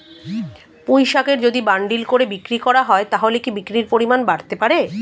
পুঁইশাকের যদি বান্ডিল করে বিক্রি করা হয় তাহলে কি বিক্রির পরিমাণ বাড়তে পারে?